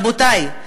רבותי,